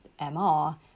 MR